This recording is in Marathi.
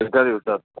एका दिवसात